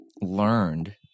learned